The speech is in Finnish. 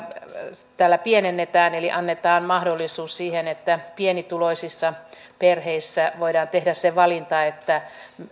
täällä pienennetään eli annetaan mahdollisuus siihen että pienituloisissa perheissä voidaan tehdä se valinta että